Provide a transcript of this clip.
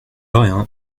rien